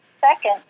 Second